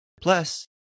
Plus